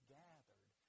gathered